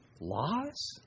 Laws